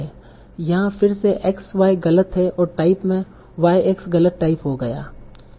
यहाँ फिर से x y गलत है और टाइप में y x गलत टाइप हो गया